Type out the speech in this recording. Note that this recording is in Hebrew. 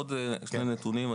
עוד שני נתונים: